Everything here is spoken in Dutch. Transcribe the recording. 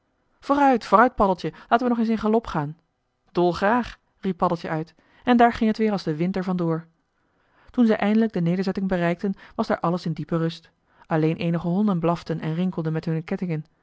vooruit vooruit paddeltje laten we nog eens in galop gaan dolgraag riep paddeltje uit en daar ging het weer als de wind er van door toen zij eindelijk de nederzetting bereikten was daar alles in diepe rust alleen eenige honden blaften en rinkelden met hunne kettingen